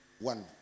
One